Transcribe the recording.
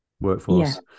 workforce